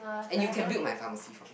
and you can build my pharmacy hor